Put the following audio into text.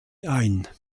ein